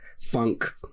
funk